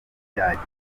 byagera